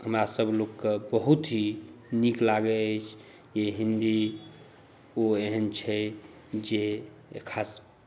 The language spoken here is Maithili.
हमरासभ लोकके बहुत ही नीक लागै अछि ई हिंदी ओ एहन छै जे ख़ास